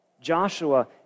Joshua